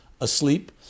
asleep